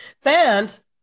Fans